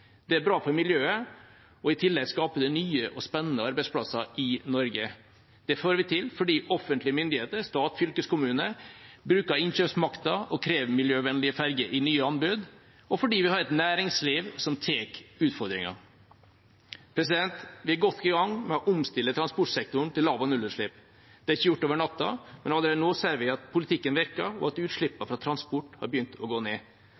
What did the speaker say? Det er bra for miljøet, og i tillegg skaper det nye og spennende arbeidsplasser i Norge. Det får vi til fordi offentlige myndigheter, stat og fylkeskommune bruker innkjøpsmakten og krever miljøvennlige ferger i nye anbud, og fordi vi har et næringsliv som tar utfordringen. Vi er godt i gang med å omstille transportsektoren til lav- og nullutslipp. Det er ikke gjort over natta, men allerede nå ser vi at politikken virker, og at utslippene fra transport har begynt å gå ned.